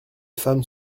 femmes